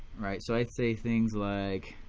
so i say things like